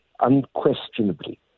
unquestionably